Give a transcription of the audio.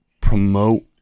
promote